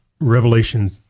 Revelation